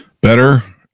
better